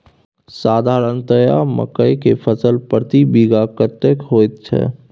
साधारणतया मकई के फसल प्रति बीघा कतेक होयत छै?